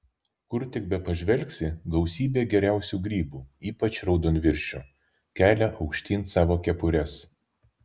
kur tik bepažvelgsi gausybė geriausių grybų ypač raudonviršių kelia aukštyn savo kepures